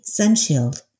Sunshield